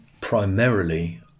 primarily